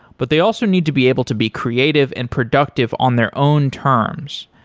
but they also need to be able to be creative and productive on their own terms.